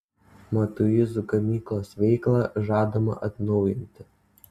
matuizų gamyklos veiklą žadama atnaujinti